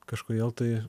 kažkodėl tai